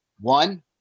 one